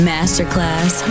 Masterclass